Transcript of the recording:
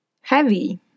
heavy